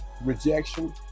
rejection